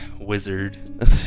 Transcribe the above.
Wizard